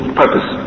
purpose